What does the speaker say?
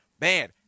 man